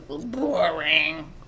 boring